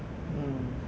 mmhmm